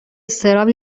اضطراب